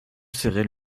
serait